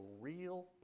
real